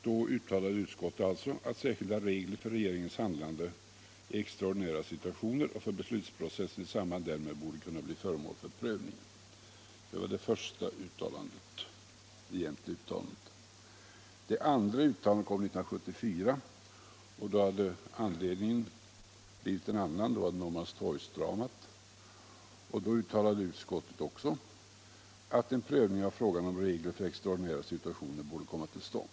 Då uttalade utskottet alltså att särskilda regler för regeringens handlande i extraordinära situationer och för beslutsprocessen i samband därmed borde bli föremål för prövning. Det var det första egentliga uttalandet. Det andra uttalandet kom 1974. Där var anledningen en annan, Norrmalmstorgsdramat. Då uttalade utskottet också att en prövning av frågan om regler för extraordinära situationer borde komma till stånd.